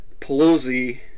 Pelosi